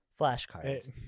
flashcards